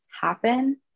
happen